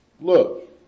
Look